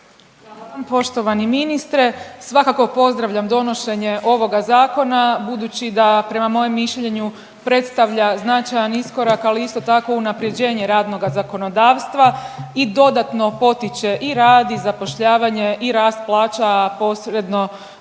Poštovani ministre, svakako pozdravljam donošenje ovoga zakona budući da prema mojem mišljenu predstavlja značajan iskorak, ali isto tako unaprjeđenje radnoga zakonodavstva i dodatno potiče i rad i zapošljavanje i rast plaća, a posredno